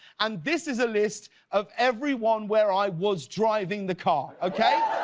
and this is a list of every one where i was driving the car, okay.